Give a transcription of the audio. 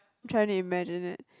trying to imagine to it